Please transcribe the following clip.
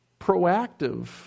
proactive